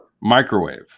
microwave